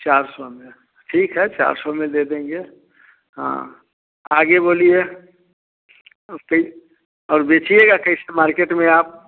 चार सौ में ठीक है चार सौ में दे देंगे हाँ आगे बोलिए अब क्या और बेचेंगे कैसे मार्केट में आप